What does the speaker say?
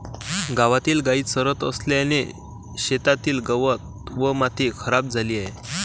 गावातील गायी चरत असल्याने शेतातील गवत व माती खराब झाली आहे